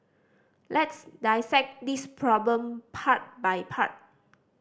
let's dissect this problem part by part